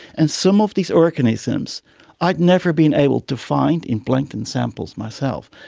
and some of these organisms i've never been able to find in plankton samples myself,